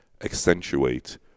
accentuate